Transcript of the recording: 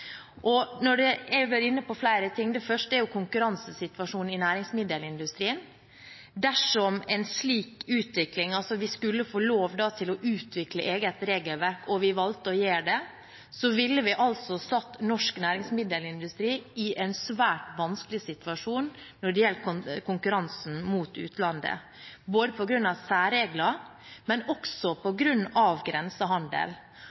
og jeg har vært inne på flere ting; det første er konkurransesituasjonen i næringsmiddelindustrien. Dersom vi skulle få lov til å utvikle eget regelverk, og vi valgte å gjøre det, så ville vi altså ha satt norsk næringsmiddelindustri i en svært vanskelig situasjon når det gjelder konkurransen mot utlandet, både på grunn av særregler og på grunn